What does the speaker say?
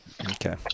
Okay